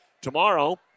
Tomorrow